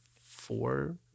four